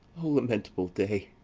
o lamentable day!